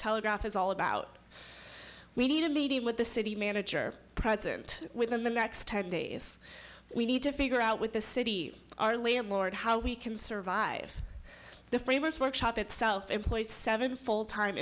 telegraph is all about we need a meeting with the city manager present within the next ten days we need to figure out with the city our landlord how we can survive the framus workshop itself employs seven full time